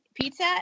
pizza